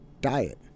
diet